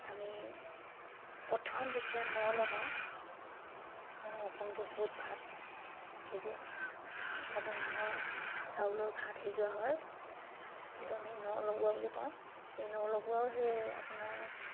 আমি প্ৰথম যেতিয়া ন লগাওঁ মানে নতুনকৈ চৰুত ভাত সিজোৱা নতুন ধানৰ চাউলৰ ভাত সিজোৱা হয় সেইটো আমি ন লগোৱা বুলি কওঁ সেই ন লগোৱাও সেই আপোনাৰ